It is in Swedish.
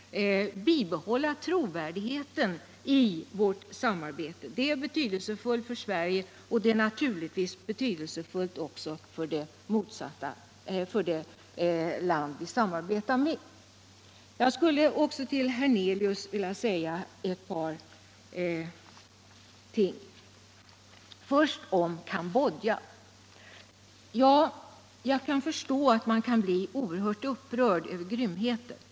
Endast så bibehålles trovärdigheten i vårt sam arbete. Detta är betydelsefullt för Sverige och naturligtvis också för det land vi samarbetar med. Jag skulle också till herr Hernelius vilja säga ett par ord, och först något om Cambodja. Jag kan förstå att man kan bli oerhört upprörd över grymheter.